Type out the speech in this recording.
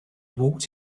walked